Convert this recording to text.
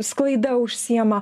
sklaida užsiima